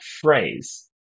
phrase